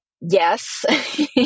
yes